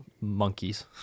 monkeys